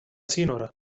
σύνορα